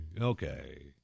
Okay